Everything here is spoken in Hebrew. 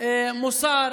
מוסר